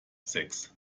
sechs